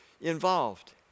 involved